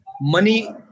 money